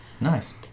Nice